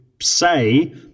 say